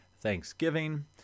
Thanksgiving